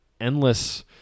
endless –